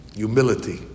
Humility